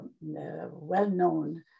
well-known